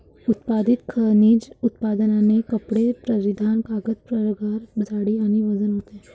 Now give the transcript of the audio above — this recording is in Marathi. उत्पादित खनिज उत्पादने कपडे परिधान कागद प्रकार जाडी आणि वजन होते